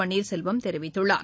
பன்னீர்செல்வம் தெரிவித்துள்ளார்